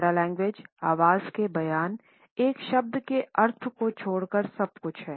paralanguage आवाज़ में बयान एक शब्द के अर्थ को छोड़कर सब कुछ है